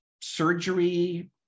surgery